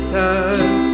time